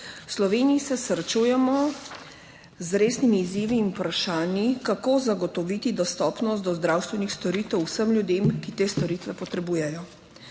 V Sloveniji se srečujemo z resnimi izzivi in vprašanji, kako zagotoviti dostopnost do zdravstvenih storitev vsem ljudem, ki te storitve potrebujejo.